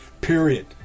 period